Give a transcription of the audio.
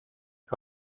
que